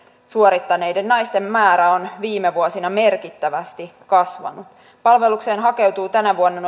suorittaneiden naisten määrä on viime vuosina merkittävästi kasvanut palvelukseen hakeutuu tänä vuonna noin